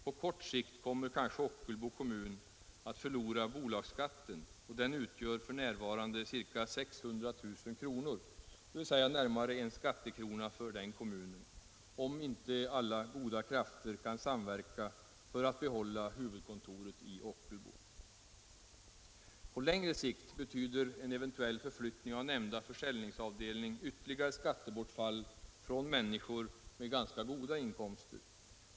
På kort sikt kommer kanske Ockelbo, om inte alla — m.m. goda krafter kan samverka för att behålla huvudkontoret i kommunen, att förlora bolagsskatten, som f. n. uppgår till ca 600 000 kr., dvs. motsvarande närmare en skattekrona för kommunen. På längre sikt betyder en eventuell förflyttning av nämnda försäljningsavdelning ytterligare bortfall av skatter från människor med ganska goda inkomster.